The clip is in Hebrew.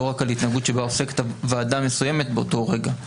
רק על התנהגות שבה עוסקת ועדה מסוימת באותו רגע.